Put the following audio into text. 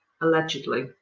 Allegedly